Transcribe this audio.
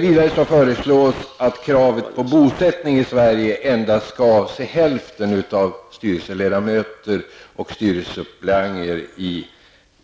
Vidare föreslås att kraven på bosättning i Sverige endast skall avse hälften av styrelseledamöterna och styrelsesuppleanterna